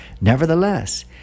Nevertheless